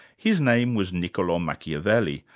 his name was niccolo machiavelli,